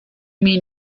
mean